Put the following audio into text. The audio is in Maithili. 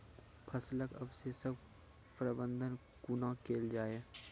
फसलक अवशेषक प्रबंधन कूना केल जाये?